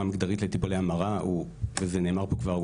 מגדרית לבין טיפולי המרה וזה נאמר פה כבר,